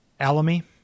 Alamy